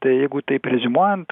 tai jeigu taip reziumuojant